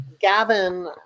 Gavin